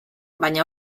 baina